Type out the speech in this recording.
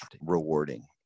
rewarding